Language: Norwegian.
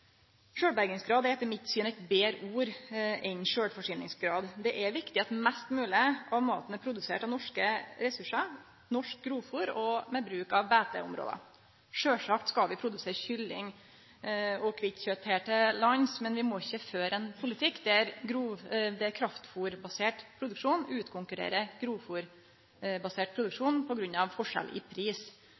Sjølvbergingsgrad er etter mitt syn eit betre ord enn sjølvforsyningsgrad. Det er viktig at mest mogleg av maten er produsert av norske ressursar, norsk grovfôr og med bruk av beiteområda. Sjølvsagt skal vi produsere kylling og kvitt kjøtt her til lands, men vi må ikkje føre ein politikk der kraftfôrbasert produksjon utkonkurrerer grovfôrbasert produksjon på grunn av forskjell i pris.